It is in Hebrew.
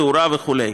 תאורה וכו'.